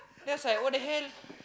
then I was like what the hell